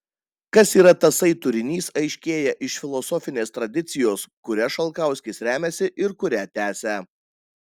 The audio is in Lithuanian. kas yra tasai turinys aiškėja iš filosofinės tradicijos kuria šalkauskis remiasi ir kurią tęsia